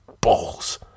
balls